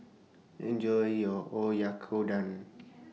Enjoy your Oyakodon